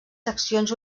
seccions